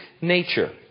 nature